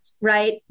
right